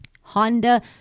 Honda